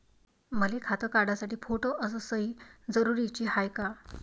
मले खातं काढासाठी फोटो अस सयी जरुरीची हाय का?